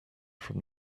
from